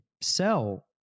sell